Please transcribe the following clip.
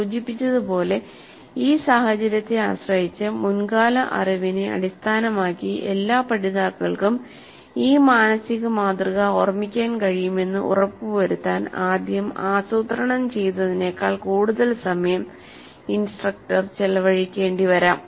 സൂചിപ്പിച്ചതുപോലെ ഈ സാഹചര്യത്തെ ആശ്രയിച്ച് മുൻകാല അറിവിനെ അടിസ്ഥാനമാക്കി എല്ലാ പഠിതാക്കൾക്കും ഈ മാനസിക മാതൃക ഓർമ്മിക്കാൻ കഴിയുമെന്ന് ഉറപ്പുവരുത്താൻ ആദ്യം ആസൂത്രണം ചെയ്തതിനേക്കാൾ കൂടുതൽ സമയം ഇൻസ്ട്രക്ടർ ചെലവഴിക്കേണ്ടിവരാം